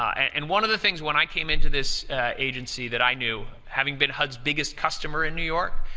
and one of the things, when i came into this agency that i knew, having been hud's biggest customer in new york,